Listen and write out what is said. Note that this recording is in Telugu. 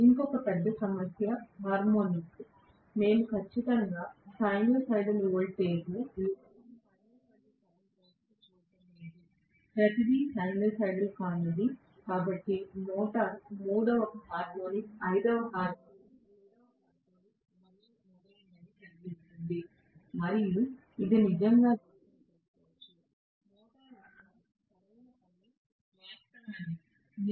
ఇంకొక పెద్ద సమస్య హార్మోనిక్స్ మేము ఖచ్చితంగా సైనూసోయిడల్ వోల్టేజ్ లేదా సైనూసోయిడల్ కరెంట్ వైపు చూడటం లేదు ప్రతిదీ సైనూసోయిడల్ కానిది కాబట్టి మోటారు మూడవ హార్మోనిక్ ఐదవ హార్మోనిక్ ఏడవ హార్మోనిక్ మరియు మొదలైనవి కలిగి ఉంటుంది మరియు ఇది నిజంగా జోక్యం చేసుకోవచ్చు మోటారు యొక్క సరైన పని